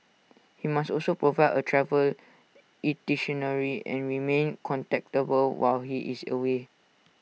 he must also provide A travel and remain contactable while he is away